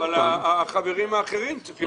אבל גם החברים האחרים צריכים להסכים.